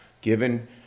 Given